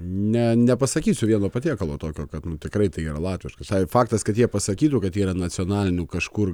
ne nepasakysiu vieno patiekalo tokio kad tikrai tai yra latviškas tai faktas kad jie pasakytų kad yra nacionalinių kažkur